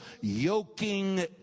yoking